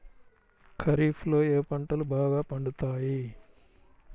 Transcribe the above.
ఖరీఫ్లో ఏ పంటలు బాగా పండుతాయి?